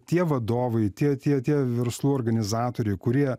tie vadovai tie tie tie verslų organizatoriai kurie